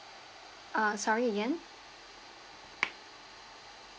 uh sorry again